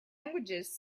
languages